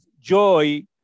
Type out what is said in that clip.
joy